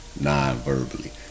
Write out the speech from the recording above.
non-verbally